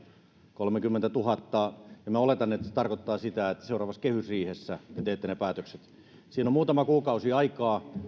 kolmekymmentätuhatta ja minä oletan että se tarkoittaa sitä että seuraavassa kehysriihessä te teette ne päätökset siihen on muutama kuukausi aikaa